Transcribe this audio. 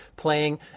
playing